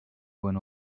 when